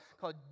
called